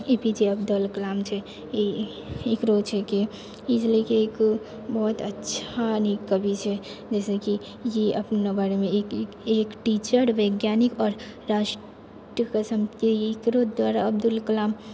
APJ Abdul Kalam छै ई एकरो छै कि एहि लऽ कऽ बहुत अच्छा नीक कवि छै जाहिसँ की ई अपना बारेमे एक टीचर वैज्ञानिक राष्ट्रके सम्पत्ति एपीजे अब्दुल कलाम